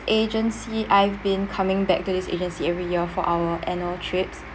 agency I've been coming back to this agency every year for our annual trips